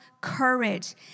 courage